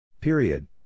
Period